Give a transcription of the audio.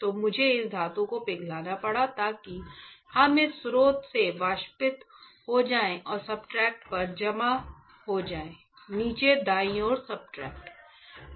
तो मुझे इस धातु को पिघलाना पड़ा ताकि यह इस स्रोत से वाष्पित हो जाए और सब्सट्रेट पर जमा हो जाएं नीचे दाईं ओर सब्सट्रेट